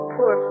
Poor